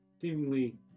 seemingly